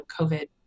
COVID